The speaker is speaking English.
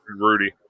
Rudy